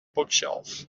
bookshelf